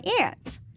aunt